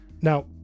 Now